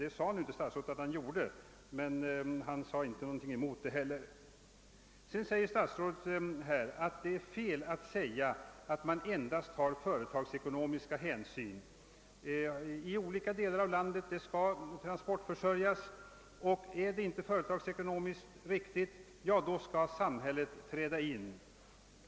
Det är fel att säga, sade statsrådet, att man endast tar företagsekonomiska hänsyn; olika delar av landet skall transportförsörjas, och är detta inte företagsekonomiskt =: berättigat skall samhället träda in.